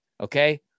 Okay